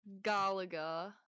Galaga